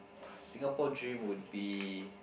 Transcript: Singapore dream would be